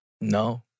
No